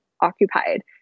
occupied